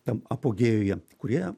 tam apogėjuje kurie